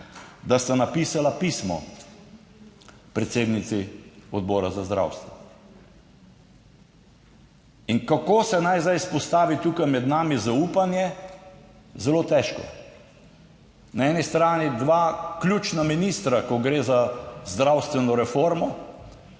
da sta napisala pismo predsednici Odbora za zdravstvo. In kako se naj zdaj vzpostavi tukaj med nami zaupanje? Zelo težko. Na eni strani dva ključna ministra, ko gre za zdravstveno reformo